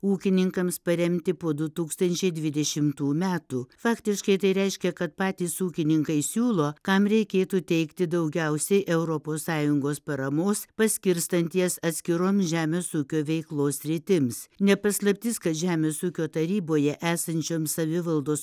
ūkininkams paremti po du tūkstančiai dvidešimtų metų faktiškai tai reiškia kad patys ūkininkai siūlo kam reikėtų teikti daugiausiai europos sąjungos paramos paskirstant jas atskiroms žemės ūkio veiklos sritims ne paslaptis kad žemės ūkio taryboje esančioms savivaldos